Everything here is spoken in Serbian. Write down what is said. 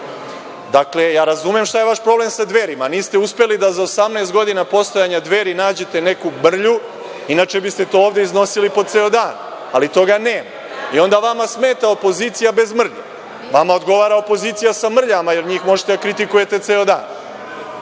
odgovorite. Razumem šta je vaš problem sa „Dverima“, niste uspeli da za 18 godina postojanja „Dveri“ nađete neku mrlju, inače biste to ovde iznosili po ceo dan, ali toga nema i onda vama smeta opozicija bez mrlje. Vama odgovara opozicija sa mrljama jer njih možete da kritikujete ceo